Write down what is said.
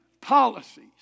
policies